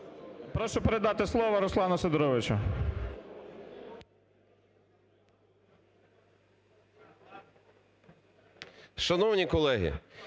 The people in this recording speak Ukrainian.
Прошу передати слово Руслану Сидоровичу.